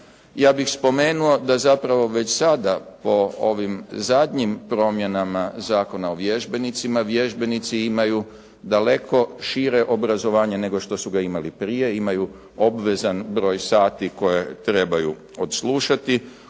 ja bih spomenuo da zapravo već sada po ovim zadnjim promjenama Zakona o vježbenicima, vježbenici imaju daleko šire obrazovanje nego što su ih imali prije imaju obvezan broj sati koje trebaju odslušati,